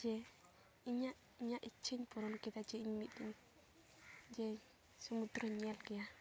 ᱡᱮ ᱤᱧᱟᱹᱜ ᱤᱧᱟᱹᱜ ᱤᱪᱪᱷᱟᱹᱧ ᱯᱩᱨᱚᱱ ᱠᱮᱫᱟ ᱡᱮ ᱤᱧ ᱢᱤᱫ ᱥᱚᱢᱩᱫᱨᱚᱧ ᱧᱮᱞ ᱜᱮᱭᱟ